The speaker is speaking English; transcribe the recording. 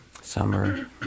summer